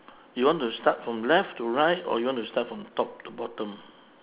you want to start from left to right or you want to start from top to bottom